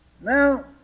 Now